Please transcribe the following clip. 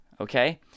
okay